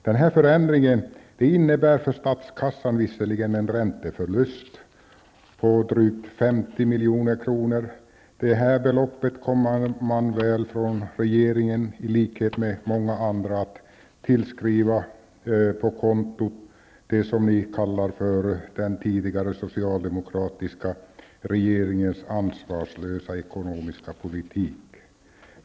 Den här förändringen innebär för statskassan visserligen en ränteförlust på drygt 50 milj.kr., som man väl från regeringen, i likhet med så mycket annat, kommer att tillskriva det konto som ni kallar ''den tidigare socialdemokratiska regeringens ansvarslösa ekonomiska politik''.